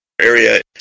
area